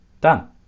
Done